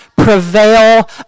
prevail